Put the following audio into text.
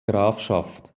grafschaft